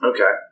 Okay